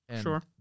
Sure